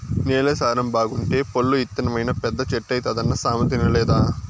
నేల సారం బాగుంటే పొల్లు ఇత్తనమైనా పెద్ద చెట్టైతాదన్న సామెత ఇనలేదా